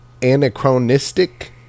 anachronistic